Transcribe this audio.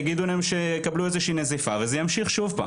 יגידו להם שיקבלו איזושהי נזיפה וזה ימשיך שוב פעם.